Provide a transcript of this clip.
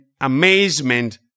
amazement